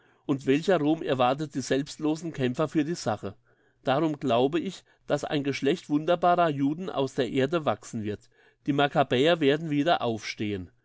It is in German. und welcher ruhm erwartet die selbstlosen kämpfer für die sache darum glaube ich dass ein geschlecht wunderbarer juden aus der erde wachsen wird die makkabäer werden wieder aufstehen